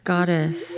Goddess